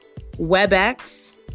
WebEx